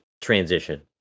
transition